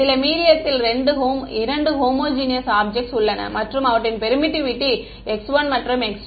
சில மீடியத்தில் 2 homogeneous objects உள்ளன மற்றும் அவற்றின் பெர்மிட்டிவிட்டி x1 மற்றும் x2